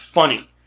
funny